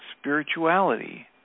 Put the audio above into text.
Spirituality